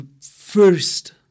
first